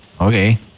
Okay